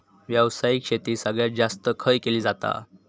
व्यावसायिक शेती सगळ्यात जास्त खय केली जाता?